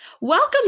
Welcome